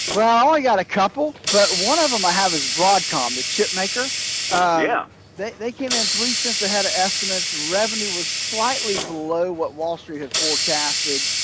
well, i got a couple but one of them i have is broadcom the chip maker yeah, they they came in three cents ahead of estimates revenue was slightly below what wall street had forecasted